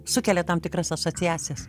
sukelia tam tikras asociacijas